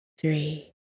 three